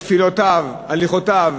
תפילותיו, הליכותיו,